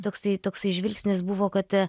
toksai toksai žvilgsnis buvo kad